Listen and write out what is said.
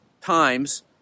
times